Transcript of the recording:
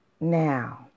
Now